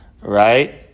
right